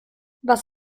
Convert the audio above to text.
was